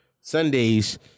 Sundays